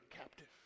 captive